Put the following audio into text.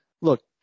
Look